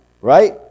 Right